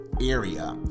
area